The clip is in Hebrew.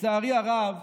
לצערי הרב,